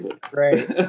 Great